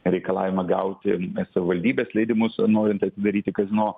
reikalavimą gauti savivaldybės leidimus norint atidaryti kazino